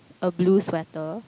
a blue sweater